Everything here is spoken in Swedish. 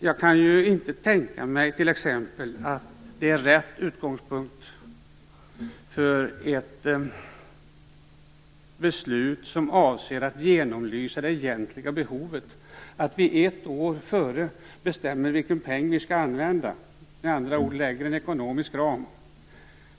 Jag kan t.ex. inte tänka mig att det är rätt utgångspunkt för ett beslut som avser att genomlysa det egentliga behovet att vi ett år före bestämmer vilken peng vi skall använda, med andra ord lägger fast en ekonomisk ram.